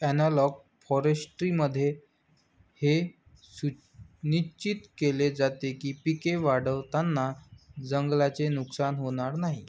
analogue फॉरेस्ट्रीमध्ये हे सुनिश्चित केले जाते की पिके वाढवताना जंगलाचे नुकसान होणार नाही